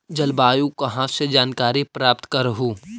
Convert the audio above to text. जलवायु कहा से जानकारी प्राप्त करहू?